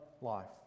life